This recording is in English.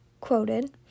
quoted